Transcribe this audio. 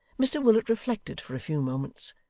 mr willet reflected for a few moments,